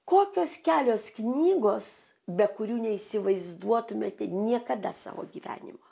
kokios kelios knygos be kurių neįsivaizduotumėte niekada savo gyvenimo